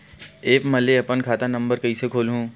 App म ले अपन खाता नम्बर कइसे खोलहु?